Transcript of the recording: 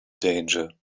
danger